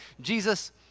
Jesus